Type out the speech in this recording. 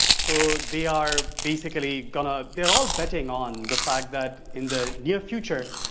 so they are basically going to they are all betting on the fact that in the near future,